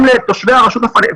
גם לתושבי הרשות הפלסטינית,